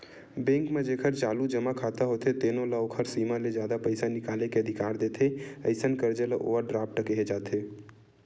bank म जेखर चालू जमा खाता होथे तेनो ल ओखर सीमा ले जादा पइसा निकाले के अधिकार देथे, अइसन करजा ल ओवर ड्राफ्ट केहे जाथे